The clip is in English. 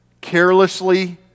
carelessly